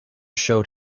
showed